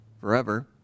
forever